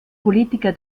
politiker